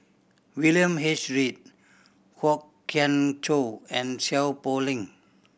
William H Read Kwok Kian Chow and Seow Poh Leng